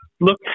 look